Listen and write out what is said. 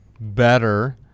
better